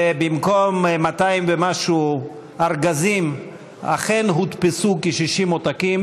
ובמקום 200 ומשהו ארגזים אכן הודפסו כ-60 עותקים,